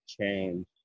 change